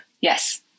yes